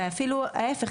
ואפילו ההיפך,